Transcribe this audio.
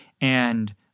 and-